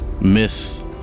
Myth